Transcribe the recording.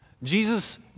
Jesus